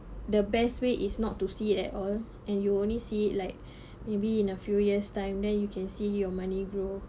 the best way is not to see it at all and you only see like maybe in a few years time then you can see your money grow